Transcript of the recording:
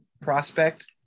prospect